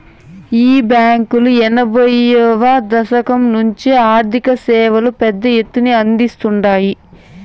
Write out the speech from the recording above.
ఈ బాంకీలు ఎనభైయ్యో దశకం నుంచే ఆర్థిక సేవలు పెద్ద ఎత్తున అందిస్తాండాయి